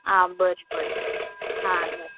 हा बरें बरें आ बरें